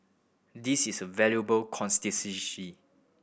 this is a valuable constituency